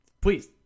Please